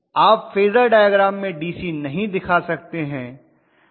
आप phasor diagram में DC नहीं दिखा सकते हैं